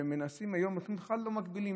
שמנסים היום ובכלל לא מגבילים,